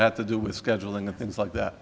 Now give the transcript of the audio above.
had to do with scheduling and things like that